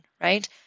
right